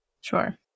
Sure